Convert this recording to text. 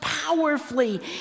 Powerfully